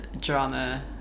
drama